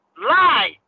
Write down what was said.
lie